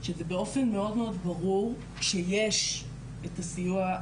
שזה באופן מאוד מאוד ברור כשיש את הסיוע,